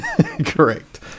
correct